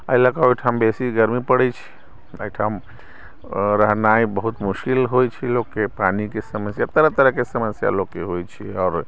एहि लऽ कऽ ओहिठाम बेसी गर्मी पड़ै छै एहिठाम रहनाइ बहुत मुश्किल होइ छै लोककेँ पानिके समस्या तरह तरहके समस्या लोककेँ होइत छै आओर